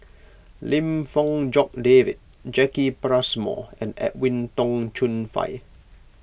Lim Fong Jock David Jacki Passmore and Edwin Tong Chun Fai